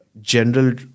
general